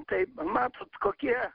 taip matot kokie